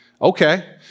okay